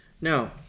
Now